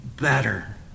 better